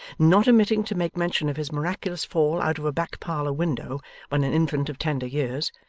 not omitting to make mention of his miraculous fall out of a back-parlour window when an infant of tender years,